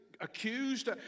accused